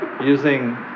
using